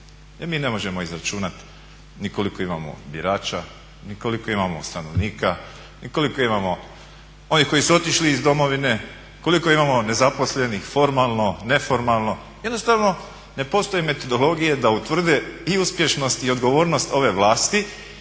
Jer mi ne možemo izračunati ni koliko imamo birača, ni koliko imamo stanovnika, ni koliko imamo onih koji su otišli iz Domovine, koliko imamo nezaposlenih formalno, neformalno. Jednostavno ne postoji metodologija da utvrdi i uspješnost i odgovornost ove vlasti